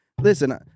listen